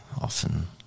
often